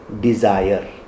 desire